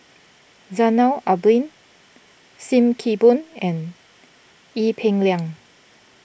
Zainal Abidin Sim Kee Boon and Ee Peng Liang